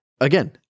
Again